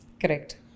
Correct